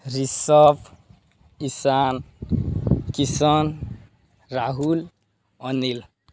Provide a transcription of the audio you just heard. Rishabh Ishan Kishan Rahul Anil